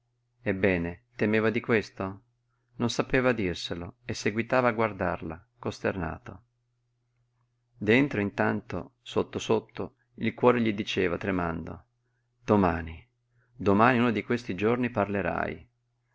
ebbene temeva di questo non sapeva dirselo e seguitava a guardarla costernato dentro intanto sotto sotto il cuore gli diceva tremando domani domani o uno di questi giorni parlerai